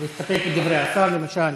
להסתפק בדברי השר, למשל?